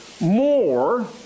more